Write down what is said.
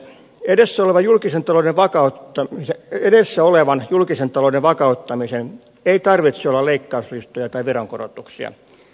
edessä oleva julkisen talouden vakautta ja edessä olevan julkisen talouden vakauttamisen ei tarvitse olla leikkauslistoja tai veronkorotuksia